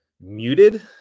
muted